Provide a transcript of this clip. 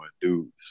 dudes